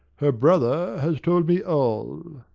her brother has told me all.